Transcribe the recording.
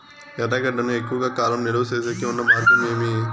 ఎర్రగడ్డ ను ఎక్కువగా కాలం నిలువ సేసేకి ఉన్న మార్గం ఏమి?